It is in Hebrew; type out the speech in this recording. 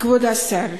כבוד השר,